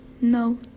no